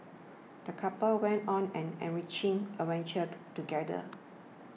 the couple went on an enriching adventure together